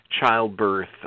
childbirth